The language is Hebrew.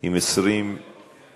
עם 20 חתימות,